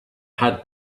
had